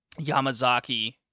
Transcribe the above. Yamazaki